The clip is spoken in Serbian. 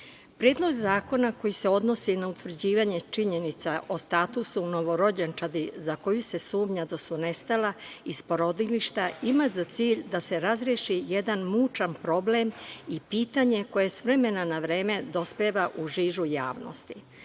Predlog zakona koji se odnosi na utvrđivanje činjenica o statusu novorođenčadi za koju se sumnja da su nestala iz porodilišta ima za cilj da se razreši jedan mučan problem i pitanje koje s vremena na vreme dospeva u žižu